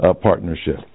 Partnership